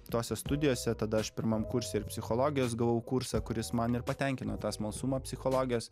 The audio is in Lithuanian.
tose studijose tada aš pirmam kurse ir psichologijos gavau kursą kuris man ir patenkino tą smalsumą psichologijos